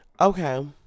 Okay